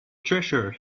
treasure